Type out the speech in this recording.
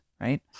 Right